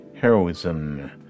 heroism